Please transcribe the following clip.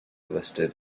listed